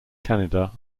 canada